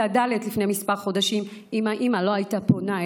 ד' לפני כמה חודשים אם האימא לא הייתה פונה אליי.